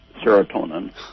serotonin